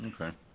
Okay